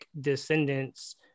descendants